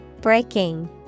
Breaking